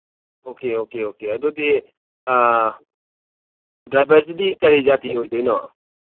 okay okay okay ꯑꯗꯨꯗꯤ ꯗ꯭ꯔꯥꯏꯚꯔꯁꯤꯗꯤ ꯀꯔꯤ ꯖꯥꯇꯤ ꯑꯣꯏꯗꯣꯏꯅꯣ